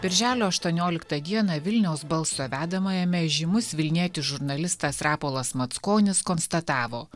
birželio aštuonioliktą dieną vilniaus balso vedamajame žymus vilnietis žurnalistas rapolas mackonis konstatavo